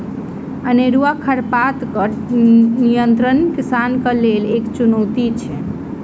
अनेरूआ खरपातक नियंत्रण किसानक लेल एकटा चुनौती अछि